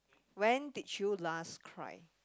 when did you last cry